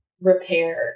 repair